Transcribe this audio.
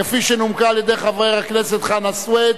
כפי שנומקה על-ידי חבר הכנסת חנא סוייד,